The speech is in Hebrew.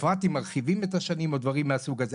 בפרט אם מרחיבים את השנים או דברים מהסוג הזה.